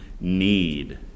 need